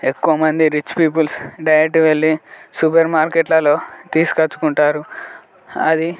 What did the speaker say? ఎక్కువ మంది rich peoples డైరెక్ట్గా వెళ్లి సూపర్ మార్కెట్లలో తీసుకొచ్చుకుంటారు అది